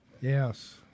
Yes